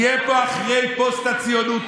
נהיה פה אחרי פוסט-הציונות.